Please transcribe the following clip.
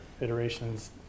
iterations